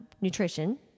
Nutrition